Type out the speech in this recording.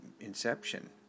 inception